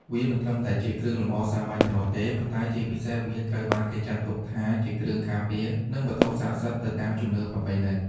វាមិនត្រឹមតែជាគ្រឿងលម្អសាមញ្ញប៉ុណ្ណោះទេ ប៉ុន្តែជាពិសេសវាត្រូវបានគេចាត់ទុកថាជាគ្រឿងការពារ និងវត្ថុស័ក្តិសិទ្ធិទៅតាមជំនឿប្រពៃណី។